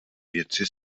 věci